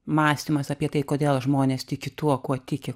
mąstymas apie tai kodėl žmonės tiki tuo kuo tiki